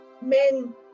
men